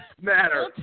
Matter